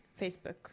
facebook